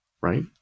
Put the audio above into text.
right